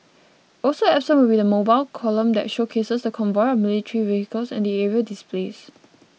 also absent will be the mobile column that showcases the convoy of military vehicles and the aerial displays